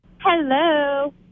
Hello